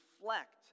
reflect